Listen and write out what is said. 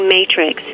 Matrix